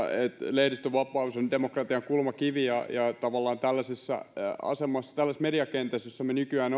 lehdistönvapaus on demokratian kulmakivi ja ja tavallaan tällaisessa mediakentässä jossa me nykyään